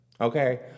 Okay